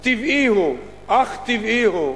טבעי הוא, אך טבעי הוא,